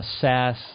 SaaS